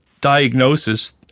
diagnosis